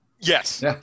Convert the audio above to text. Yes